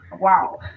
Wow